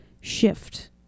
shift